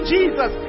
Jesus